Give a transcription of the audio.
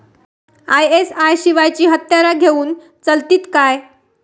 ISI शिवायची हत्यारा घेऊन चलतीत काय?